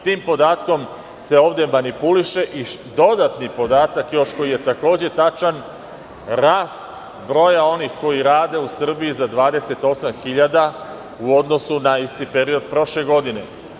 Tim podatkom se ovde manipuliše i dodatni podatak još, koji je takođe tačan, rast broja onih koji rade u Srbiji za 28.000 u odnosu na isti period prošle godine.